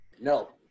No